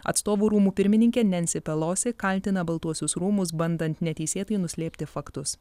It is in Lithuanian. atstovų rūmų pirmininkė nensi pelosi kaltina baltuosius rūmus bandant neteisėtai nuslėpti faktus